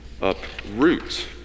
uproot